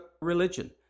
religion